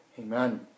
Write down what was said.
Amen